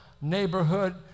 neighborhood